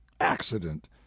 Accident